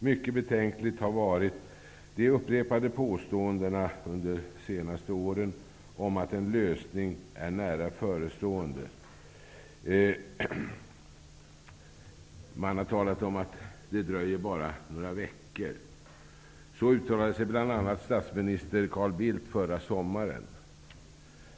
Mycket betänkliga har varit de upprepade påståendena under de senaste åren om att en lösning är nära förestående och dröjer bara några veckor. Så uttalade sig bl.a. statsminister Carl Bildt förra sommaren.